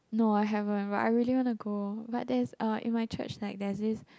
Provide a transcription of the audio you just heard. no I haven't but I really want to go but there's uh in my church like there's this